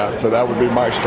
so that would be my